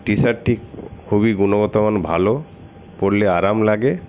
টি শার্টটির খুবই গুণগত মান ভালো পরলে আরাম লাগে